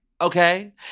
Okay